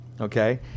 okay